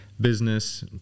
business